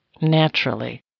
naturally